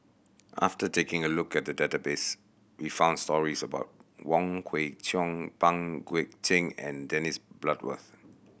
after taking a look at the database we found stories about Wong Kwei Cheong Pang Guek Cheng and Dennis Bloodworth